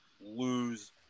lose